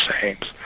saints